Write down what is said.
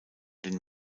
den